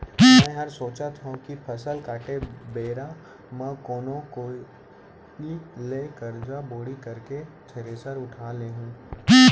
मैं हर सोचत हँव कि फसल काटे बेरा म कोनो कोइत ले करजा बोड़ी करके थेरेसर उठा लेहूँ